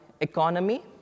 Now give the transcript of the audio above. economy